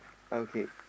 okay